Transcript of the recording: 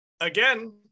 again